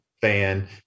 fan